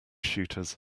shooters